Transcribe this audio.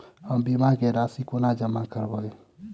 हम बीमा केँ राशि कोना जमा करबै?